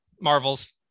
Marvels